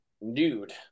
Nude